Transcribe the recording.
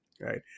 Right